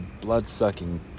blood-sucking